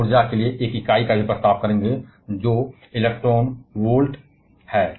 हम ऊर्जा के लिए एक इकाई का भी प्रस्ताव करेंगे जो इलेक्ट्रॉन वोल्ट है